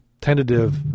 tentative